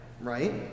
right